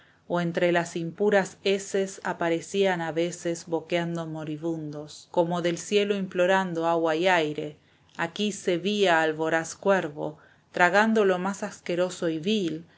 o entre las impuras heces aparecían a veces boqueando moribundos como del cielo implorando agua y aire aquí se vía al voraz cuervo tragando lo más asqueroso y vil